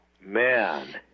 Man